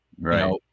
Right